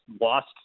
lost